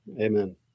Amen